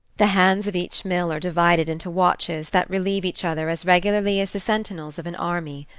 the hands of each mill are divided into watches that relieve each other as regularly as the sentinels of an army.